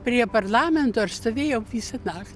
prie parlamento ir stovėjau visą nak